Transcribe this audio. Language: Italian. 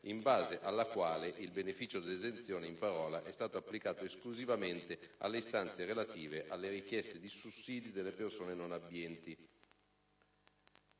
in base alla quale [...] il beneficio dell'esenzione in parola è stato applicato esclusivamente alle istanze relative alle richieste di sussidi delle persone non abbienti